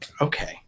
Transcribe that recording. okay